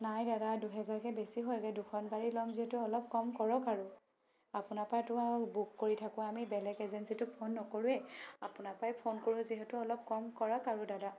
নাই দাদা দুহেজাৰকৈ বেছি হয়গৈ দুখন গাড়ী লম যিহেতু অলপ কম কৰক আৰু আপোনাৰ পৰাতো আৰু বুক কৰি থাকোঁ আমি বেলেগ এজেঞ্চীততো ফোন নকৰোঁৱেই আপোনাৰ পৰাই ফোন কৰোঁ যিহেতু অলপ কম কৰক আৰু দাদা